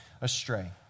astray